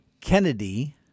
Kennedy